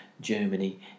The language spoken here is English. Germany